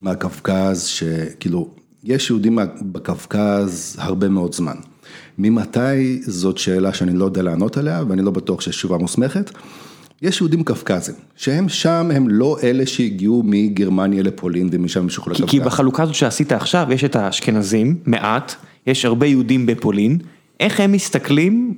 מהקווקז שכאילו יש יהודים בקווקז הרבה מאוד זמן ממתי זאת שאלה שאני לא יודע לענות עליה ואני לא בטוח שיש תשובה מוסמכת יש יהודים קווקזים שהם שם הם לא אלה שהגיעו מגרמניה לפולין משם המשיכו לקווקז כי בחלוקה הזאת שעשית עכשיו יש את האשכנזים מעט יש הרבה יהודים בפולין איך הם מסתכלים